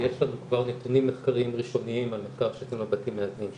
יש לנו כבר נתונים מחקריים ראשונים ממחקר שעשינו על בתים מאזנים,